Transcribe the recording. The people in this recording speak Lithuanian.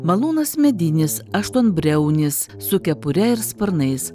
malūnas medinis aštuonbriaunis su kepure ir sparnais